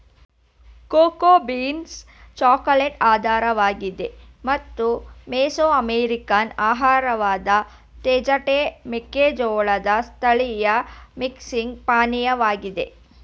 cocoa beans chocolate ಆಧಾರವಾಗಿದೆ ಮತ್ತು Mesoamerican ಆಹಾರವಾದ ತೇಜಟೆ ಮೆಕ್ಕೆಜೋಳದ್ ಸ್ಥಳೀಯ ಮೆಕ್ಸಿಕನ್ ಪಾನೀಯವಾಗಿದೆ